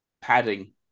Padding